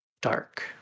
Dark